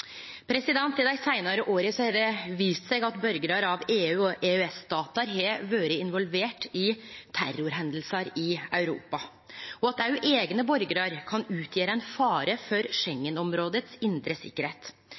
I dei seinare åra har det vist seg at borgarar av EU-/EØS-statar har vore involverte i terrorhendingar i Europa, og at òg eigne borgarar kan utgjere ein fare for